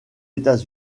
états